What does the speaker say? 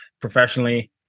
professionally